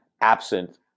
absent